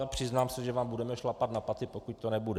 A přiznám se, že vám budeme šlapat na paty, pokud to nebude.